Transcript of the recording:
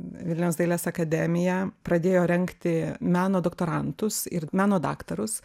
vilniaus dailės akademija pradėjo rengti meno doktorantus ir meno daktarus